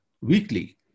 weekly